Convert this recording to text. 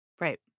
Right